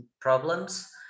problems